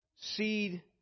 seed